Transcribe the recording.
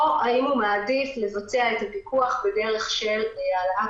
או שהוא מעדיף לבצע את הפיקוח בדרך של העלאת